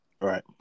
Right